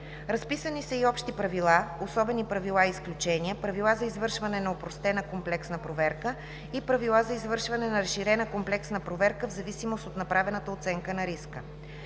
Разписани са и общи правила, особени правила и изключения, правила за извършване на опростена комплексна проверка и правила за извършване на разширена комплексна проверка в зависимост от направената оценка на риска.